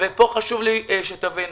וכאן חשוב לי שתבינו.